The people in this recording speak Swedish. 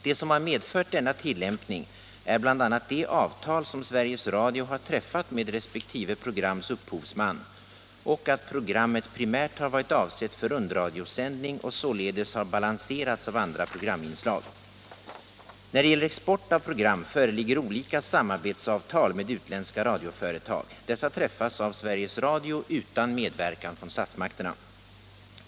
Det som har medfört denna tillämpning är bl.a. de avtal som Sveriges Radio har träffat med resp. programs upphovsman, och att programmet primärt har varit avsett för rundradiosändning och således har balanserats av andra programinslag. När det gäller export av program föreligger olika samarbetsavtal med utländska radioföretag. Dessa träffas av Sveriges Radio utan medverkan från statsmakterna.